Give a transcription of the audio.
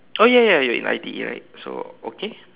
oh ya ya you're in I_T_E right so okay